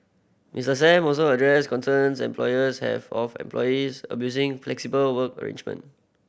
Mister Sam also addressed concerns employers have of employees abusing flexible work arrangement